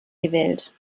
gewählt